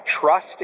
trust